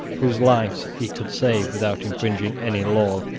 whose lives he could save without infringing any law,